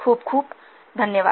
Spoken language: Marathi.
खूप खूप धन्यवाद